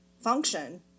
function